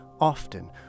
often